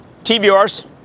TVRs